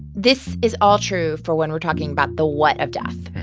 this is all true for when we're talking about the what of death.